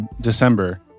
December